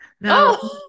no